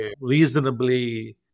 reasonably